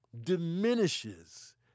Diminishes